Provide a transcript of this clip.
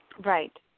Right